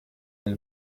elle